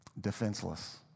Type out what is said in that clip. defenseless